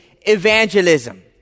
evangelism